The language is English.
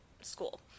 school